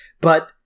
But-